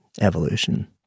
evolution